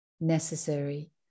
necessary